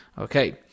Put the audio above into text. Okay